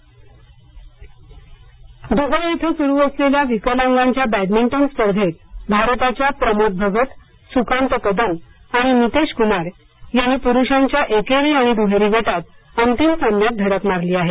विकलांग बॅडमिंटन स्पर्धा द्बई इथं सुरु असलेल्या विकलांगांच्या बॅडमिंटन स्पर्धेत भारताच्या प्रमोद भगत सुकांत कदम आणि नितेश कुमार यांनी पुरुषांच्या एकेरी आणि दुहेरी गटात अंतिम सामन्यात धडक मारली आहे